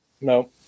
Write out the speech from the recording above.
no